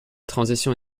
transition